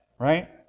Right